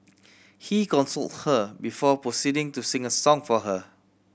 he consoled her before proceeding to sing a song for her